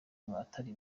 abatari